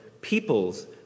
peoples